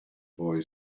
boy